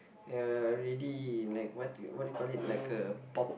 ya really like what what do you call it like a pop